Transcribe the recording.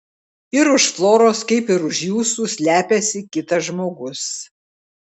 ir už floros kaip ir už jūsų slepiasi kitas žmogus